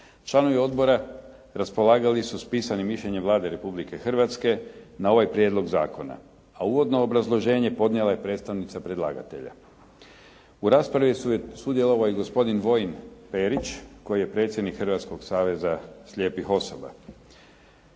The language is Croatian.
Članovi odbora raspolagali su s pisanim mišljenjem Vlade Republike Hrvatske na ovaj prijedlog zakona, a uvodno obrazloženje podnijela je predstavnica predlagatelja. U raspravi je sudjelovao i Vojin Perić koji je predsjednik Hrvatskog saveza slijepih osoba.